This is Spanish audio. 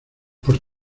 por